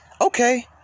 Okay